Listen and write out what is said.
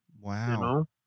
Wow